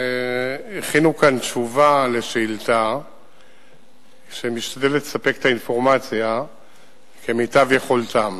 הכינו כאן תשובה על שאילתא שמשתדלת לספק את האינפורמציה כמיטב יכולתם.